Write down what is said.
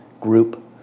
group